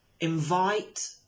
invite